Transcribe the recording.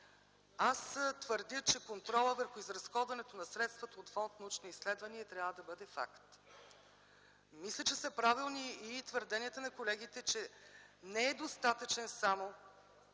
аз твърдя, че контролът върху изразходването на средствата от Фонд „Научни изследвания” трябва да бъде факт. Правилни са и твърденията на колегите, че не е достатъчен само